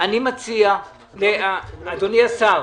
אדוני השר.